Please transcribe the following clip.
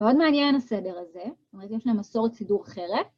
‫מאוד מעניין הסדר הזה. ‫זאת אומרת, יש להם מסורת סידור אחרת.